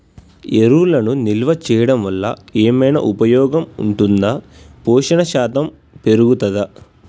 ఎరువులను నిల్వ చేయడం వల్ల ఏమైనా ఉపయోగం ఉంటుందా పోషణ శాతం పెరుగుతదా?